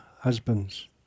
husband's